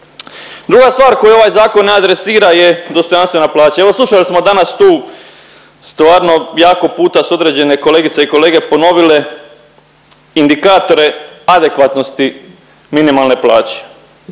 Druga stvar koju ovaj zakon adresira je dostojanstvena plaća. Evo slušali smo danas tu stvarno jako puta su određene kolegice i kolege ponovile indikatore adekvatnosti minimalne plaće